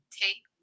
take